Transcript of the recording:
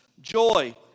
joy